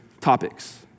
topics